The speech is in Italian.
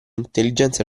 intelligenza